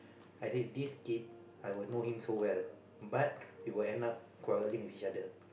I say this kid I will know him so well but we will end up quarreling with each other